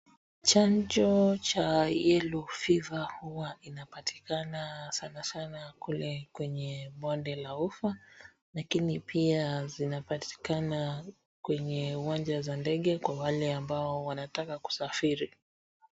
Chanjo cha yellow fever huwa inapatikana sanasana kule kwenye bonde la ufa lakini pia zinapatikana kwenye uwanja wa ndege kwa wale ambao wanataka kusafiri.